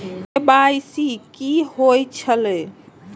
KYC कि होई छल?